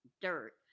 dirt